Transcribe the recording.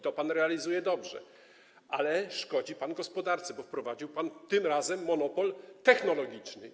To pan realizuje dobrze, ale szkodzi pan gospodarce, bo wprowadził pan tym razem monopol technologiczny.